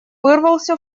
вырвался